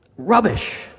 Rubbish